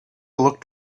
looked